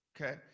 Okay